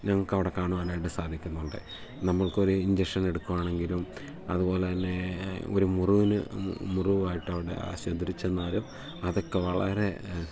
ഞങ്ങൾക്ക് അവിടെ കാണുവാനായിട്ട് സാധിക്കുന്നുണ്ട് നമ്മൾക്ക് ഒരു ഇഞ്ചക്ഷൻ എടുക്കുകയാണെങ്കിലും അതുപോലെ തന്നെ ഒരു മുറിവിന് മുറിവായിട്ട് അവിടെ ആശുപത്രിയിൽ ചെന്നാലും അതൊക്കെ വളരെ